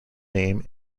name